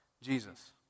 Jesus